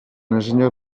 ingénieur